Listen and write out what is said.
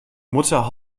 mutter